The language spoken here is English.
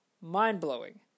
mind-blowing